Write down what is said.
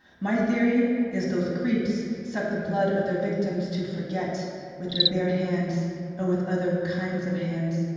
my theory is those creeps suck the blood of their victims to forget with their bare hands or with other kinds of hands,